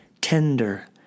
tender